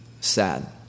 sad